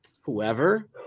whoever